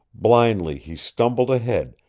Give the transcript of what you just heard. blindly he stumbled ahead,